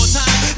time